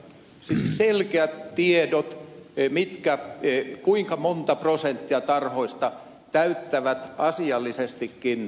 siis selkeät tiedot siitä kuinka monta prosenttia tarhoista täyttää asiallisesti ne kriteerit